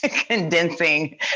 condensing